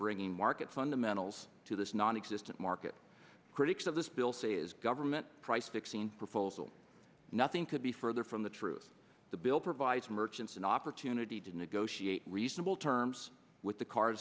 bringing market fundamentals to this nonexistent market critics of this bill say is government price fixing proposal nothing could be further from the truth the bill provides merchants an opportunity to negotiate reasonable terms with the car